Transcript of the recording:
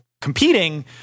competing